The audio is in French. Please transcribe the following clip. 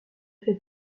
fait